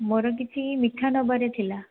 ମୋର କିଛି ମିଠା ନେବାର ଥିଲା